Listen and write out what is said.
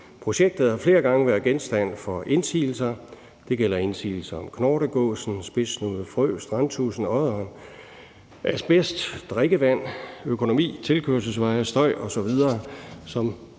Projektet har flere gange været genstand for indsigelser. Det gælder indsigelser om knortegåsen, den spidssnudede frø, strandtudsen, odderen, asbest, drikkevand, økonomi, tilkørselsveje og støj osv., og